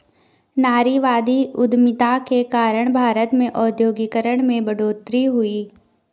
नारीवादी उधमिता के कारण भारत में औद्योगिकरण में बढ़ोतरी हुई